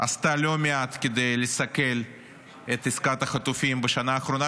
שעשתה לא מעט כדי לסכל את עסקת החטופים בשנה האחרונה,